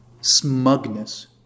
smugness